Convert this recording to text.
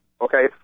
okay